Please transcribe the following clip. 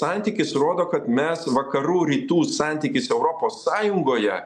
santykis rodo kad mes vakarų rytų santykis europos sąjungoje